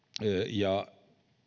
ja